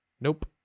nope